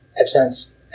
absence